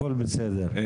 הכל בסדר.